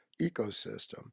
ecosystem